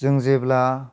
जों जेब्ला